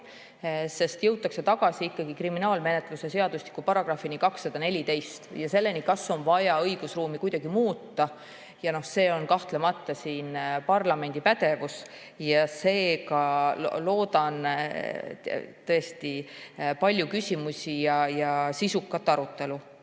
sest on jõutud kriminaalmenetluse seadustiku §‑ni 214 ja selleni, kas on vaja õigusruumi kuidagi muuta. See on kahtlemata parlamendi pädevus ja seega loodan tõesti palju küsimusi ja sisukat arutelu.